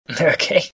Okay